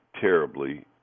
terribly